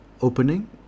opening